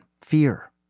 fear